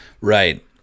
Right